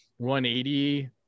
180